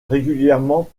régulièrement